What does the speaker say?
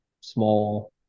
small